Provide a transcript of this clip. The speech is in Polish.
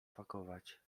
pakować